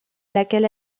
laquelle